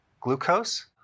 glucose